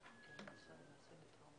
למה יש רק 15 ולא 38?